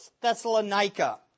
Thessalonica